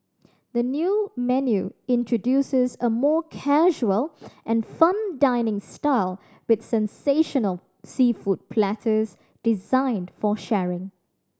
the new menu introduces a more casual and fun dining style with sensational seafood platters designed for sharing